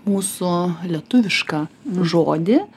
mūsų lietuvišką žodį